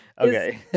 Okay